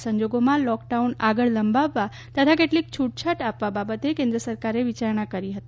આ સંજોગોમાં lockdown આગળ લંબાવવા તથા કેટલીક છૂટછાટ આપવા બાબતે કેન્દ્ર સરકારે વિચારણા કરી હતી